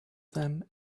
them